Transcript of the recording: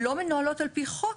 לא מנוהלות על פי חוק.